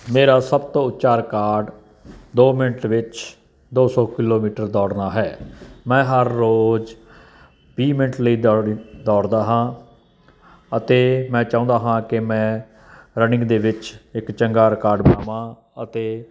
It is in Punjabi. ਮੇਰਾ ਸਭ ਤੋਂ ਉੱਚਾ ਰਿਕਾਰਡ ਦੋ ਮਿੰਟ ਵਿੱਚ ਦੋ ਸੌ ਕਿਲੋਮੀਟਰ ਦੌੜਨਾ ਹੈ ਮੈਂ ਹਰ ਰੋਜ਼ ਵੀਹ ਮਿੰਟ ਲਈ ਦੌੜ ਦੌੜਦਾ ਹਾਂ ਅਤੇ ਮੈਂ ਚਾਹੁੰਦਾ ਹਾਂ ਕਿ ਮੈਂ ਰਨਿੰਗ ਦੇ ਵਿੱਚ ਇੱਕ ਚੰਗਾ ਰਿਕਾਰਡ ਬਣਾਵਾਂ ਅਤੇ